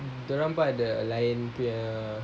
dorang pun ada lain punya